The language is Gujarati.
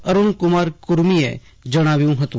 અરૂણક્રમાર કુર્મ્નએ જણાવ્યું હતું